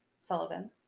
Sullivan